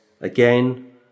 again